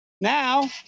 Now